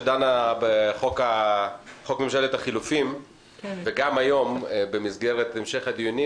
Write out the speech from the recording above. שדנה בחוק ממשלת החילופים וגם היום בהמשך הדיונים,